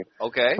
Okay